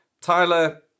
Tyler